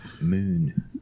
Moon